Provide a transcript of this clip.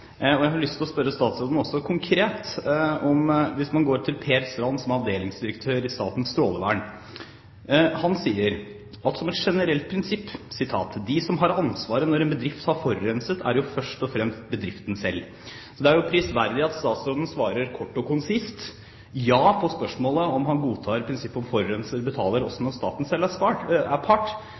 Per Strand, som er avdelingsdirektør i Statens strålevern, sier han som et generelt prinsipp: «De som har ansvaret når en bedrift har forurenset, er jo først og fremst bedriften selv.» Det er jo prisverdig at statsråden svarer kort og konsist «ja» på spørsmålet om han godtar prinsippet om at forurenser betaler, også når staten selv er part. Men oppfølgingsspørsmålet håper jeg statsråden vil bruke litt mer tid på. Det er: